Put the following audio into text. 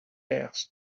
asked